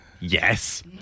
Yes